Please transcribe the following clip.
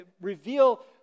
reveal